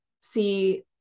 see